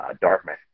Dartmouth